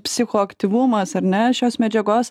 psichoaktyvumas ar ne šios medžiagos